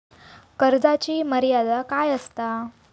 कर्जाची मर्यादा काय असता?